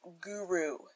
guru